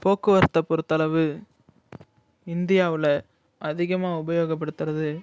போக்குவரத்தை பொறுத்த அளவு இந்தியாவில் அதிகமாக உபயோகப்படுத்துறது